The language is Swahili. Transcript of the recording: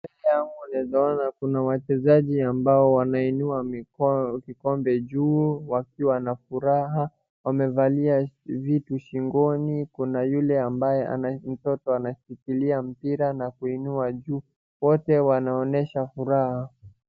Mbele yangu naeza ona kuna wachezaji ambao wanainua kikombe juu wakiwa na furaha wamevalia vitu shingoni, Kuna yule ambaye nashikilia mpira na kuinua juu, wote wanaonyesha furaha.